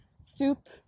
soup